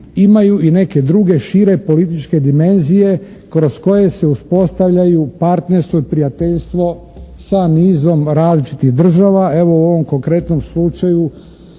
imaju i neke druge šire političke dimenzije kroz koje se uspostavljaju partnerstvo i prijateljstvo sa nizom različitih država. Evo, u ovom konkretnom slučaju